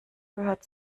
gehört